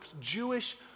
Jewish